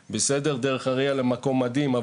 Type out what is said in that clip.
דרך אריאלה הוא מקום מדהים,